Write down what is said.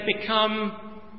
become